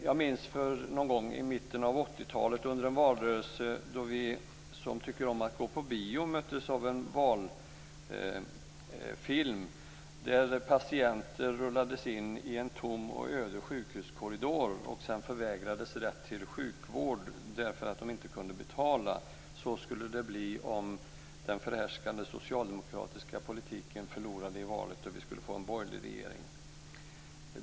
Jag minns under en valrörelse i mitten av 80-talet då vi som tycker om att gå på bio möttes av en valfilm där patienter rullades in i en tom och öde sjukhuskorridor och sedan förvägrades rätt till sjukvård därför att de inte kunde betala. Så skulle det bli om socialdemokraterna förlorade valet och om vi skulle få en borgerlig regering.